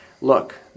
look